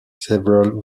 several